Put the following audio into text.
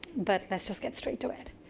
but let's just get straight to it.